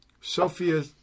Sophia